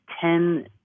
ten